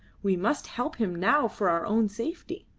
we must help him now for our own safety.